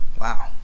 Wow